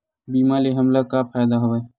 बीमा ले हमला का फ़ायदा हवय?